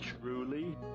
truly